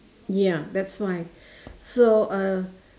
ya that's why so uh